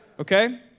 Okay